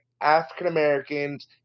african-americans